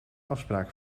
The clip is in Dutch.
afspraak